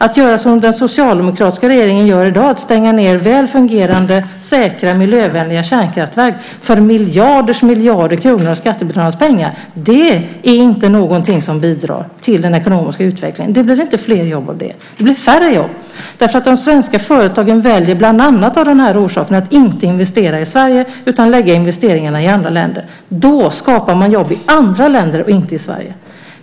Att göra som den socialdemokratiska regeringen gör i dag, att stänga ned väl fungerande, säkra, miljövänliga kärnkraftverk för miljarders miljarder kronor av skattebetalarnas pengar, är inte någonting som bidrar till den ekonomiska utvecklingen. Det blir inte fler jobb av det. Det blir färre jobb. De svenska företagen väljer, bland annat av den här orsaken, att inte investera i Sverige utan lägga investeringarna i andra länder. Då skapar man jobb i andra länder och inte i Sverige.